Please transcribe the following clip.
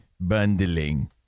Bundling